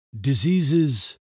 diseases